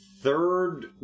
Third